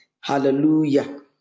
Hallelujah